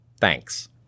Thanks